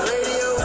Radio